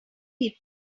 people